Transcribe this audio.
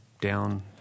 down